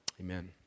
Amen